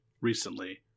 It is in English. recently